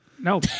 No